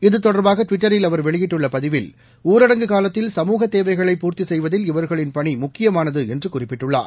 இது தொடர்பாக ட்விட்டரில் அவர் வெளியிட்டுள்ள பதிவில் ஊரடங்கு காலத்தில் சமூகத் தேவைகளை பூர்த்தி செய்வதில் இவர்களின் பணி முக்கியமானது என்று குறிப்பிட்டுள்ளார்